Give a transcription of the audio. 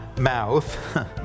mouth